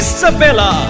Isabella